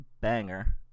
banger